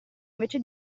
invece